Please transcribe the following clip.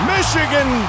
Michigan